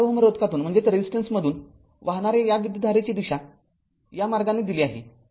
तर ४ Ω रोधकातून वाहणाऱ्या या विद्युतधारेची दिशा या मार्गाने दिली आहे